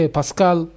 Pascal